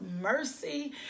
mercy